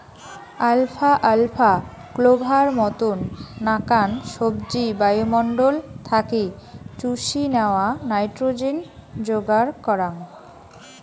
alpha আলফা, clover মতন নাকান সবজি বায়ুমণ্ডল থাকি চুষি ন্যাওয়া নাইট্রোজেন যোগার করাঙ